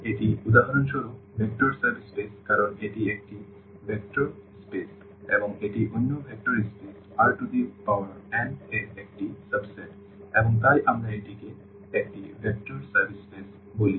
সুতরাং এটি উদাহরণস্বরূপ ভেক্টর সাব স্পেস কারণ এটি একটি ভেক্টর স্পেস এবং এটি অন্য ভেক্টর স্পেস Rn এর একটি সাবসেট এবং তাই আমরা এটিকে একটি ভেক্টর সাব স্পেস বলি